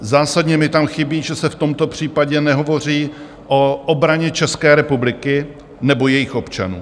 Zásadně mi tam chybí, že se v tomto případě nehovoří o obraně České republiky nebo jejích občanů.